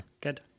Good